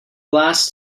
last